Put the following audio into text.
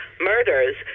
murders